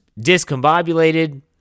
discombobulated